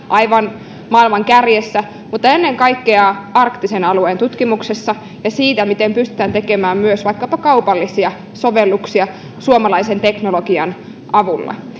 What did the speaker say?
aivan maailman kärjessä paitsi ilmastonmuutoksen tutkimuksessa mutta ennen kaikkea arktisen alueen tutkimuksessa ja siinä miten pystytään tekemään myös vaikkapa kaupallisia sovelluksia suomalaisen teknologian avulla